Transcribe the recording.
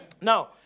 now